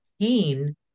pain